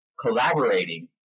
collaborating